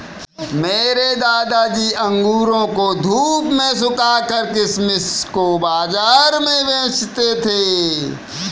मेरे दादाजी अंगूरों को धूप में सुखाकर किशमिश को बाज़ार में बेचते थे